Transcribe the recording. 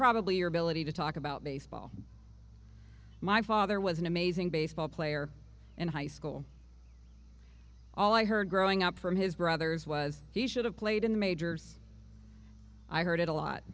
probably your ability to talk about baseball my father was an amazing baseball player in high school all i heard growing up from his brothers was he should have played in the majors i heard it a lot